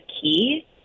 key